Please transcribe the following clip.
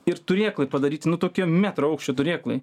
ir turėklai padaryti nu tokie metro aukščio turėklai